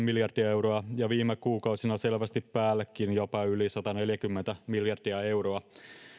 miljardia euroa ja viime kuukausina selvästi päällekin jopa yli sataneljäkymmentä miljardia euroa